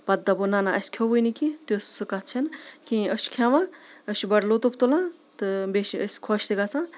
پَتہٕ دَپو نہ نہ اَسہِ کھیوٚوُے نہٕ کینٛہہ تِژھ سُہ کَتھ چھَنہٕ کینٛہہ أسۍ چھِ کھٮ۪وان أسۍ چھِ بَڑٕ لُطُف تُلان تہٕ بیٚیہِ چھِ أسۍ خۄش تہِ گژھان